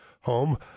home